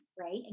Right